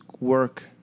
work